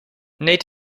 nate